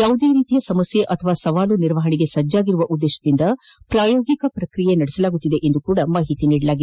ಯಾವುದೇ ರೀತಿಯ ಸಮಸ್ಯೆ ಅಥವಾ ಸವಾಲುಗಳ ನಿರ್ವಹಣೆಗೆ ಸಜ್ಜಾಗಿರುವ ಉದ್ದೇಶದಿಂದ ಪ್ರಾಯೋಗಿಕ ಪ್ರಕ್ರಿಯೆ ನಡೆಸಲಾಗುತ್ತಿದೆ ಎಂದು ಸಹ ಮಾಹಿತಿ ನೀಡಲಾಗಿದೆ